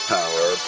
Power